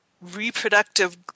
reproductive